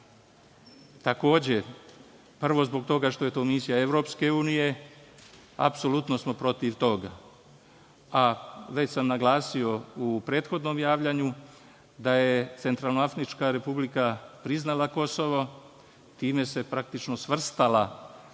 takođe, prvo zbog toga što je to misija EU, apsolutno smo protiv toga. Već sam naglasio u prethodnom javljanju da je Centralnoafrička Republika priznala Kosovo, time se praktično svrstala